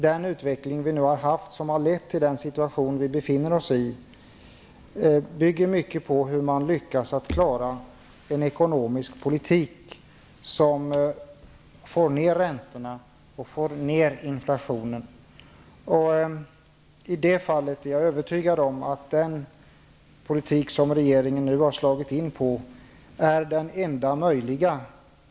Den utveckling som har varit och som har lett fram till den situation som vi nu befinner oss i bygger mycket på hur man lyckas klara en ekonomisk politik som gör att vi får ner räntorna och inflationen. I det fallet, det är jag övertygad om, är den politik som regeringen nu har slagit in på den enda möjliga.